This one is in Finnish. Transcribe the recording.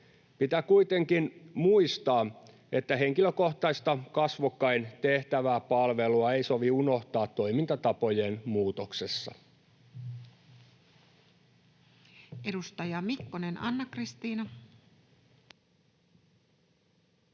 Pitää kuitenkin muistaa, että henkilökohtaista, kasvokkain tehtävää palvelua ei sovi unohtaa toimintatapojen muutoksessa. [Speech 50] Speaker: Toinen